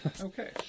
Okay